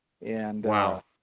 Wow